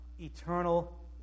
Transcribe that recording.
eternal